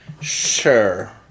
Sure